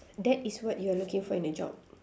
that is what you are looking for in a job